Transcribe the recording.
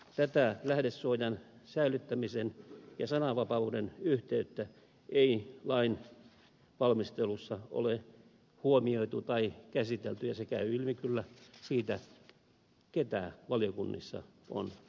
tätä lähdesuojan säilyttämisen ja sananvapauden yhteyttä ei lain valmistelussa ole huomioitu tai käsitelty ja se käy ilmi kyllä siitä ketä valiokunnissa on kuultu